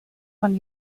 von